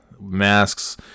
masks